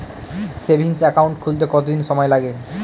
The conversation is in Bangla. সেভিংস একাউন্ট খুলতে কতদিন সময় লাগে?